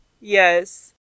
yes